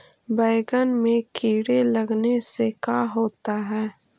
बैंगन में कीड़े लगने से का होता है?